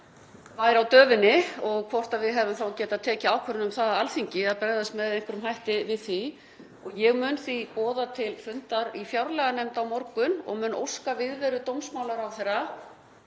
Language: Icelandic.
væri á döfinni og hvort við hefðum getað tekið ákvörðun um það á Alþingi að bregðast með einhverjum hætti við því. Ég mun því boða til fundar í fjárlaganefnd á morgun og mun óska viðveru dómsmálaráðherra